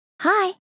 Hi